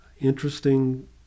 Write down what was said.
interesting